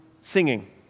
singing